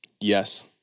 Yes